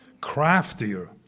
craftier